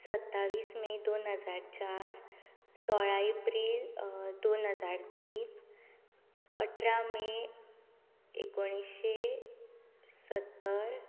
सत्तावीस मे दोन हजार चार सोळा एप्रील दोन हजार तीन अठरा मे एकोणिशे सत्तर